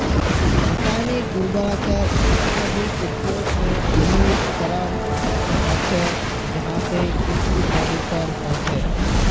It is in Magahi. रासायनिक उर्वरकेर अत्यधिक उपयोग से भूमिर क्षरण ह छे जहासे कृषि प्रदूषण ह छे